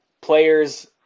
players